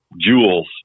jewels